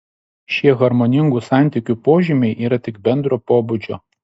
šie harmoningų santykių požymiai yra tik bendro pobūdžio